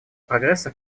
прогресса